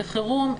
בחירום.